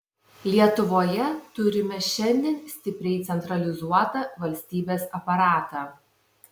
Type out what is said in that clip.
lietuvoje turime šiandien stipriai centralizuotą valstybės aparatą